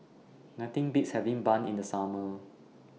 Nothing Beats having Bun in The Summer